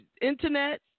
internet